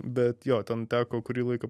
bet jo ten teko kurį laiką